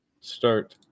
start